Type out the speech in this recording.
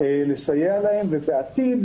ולסייע להם ובעתיד,